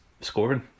scoring